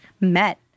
met